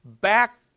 Back